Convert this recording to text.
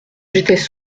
j’étais